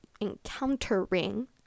encountering